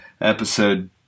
episode